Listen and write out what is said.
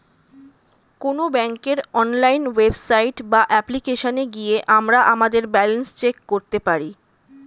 কোনো ব্যাঙ্কের online website বা অ্যাপ্লিকেশনে গিয়ে আমরা আমাদের ব্যালেন্স চেক করতে পারি